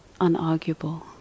unarguable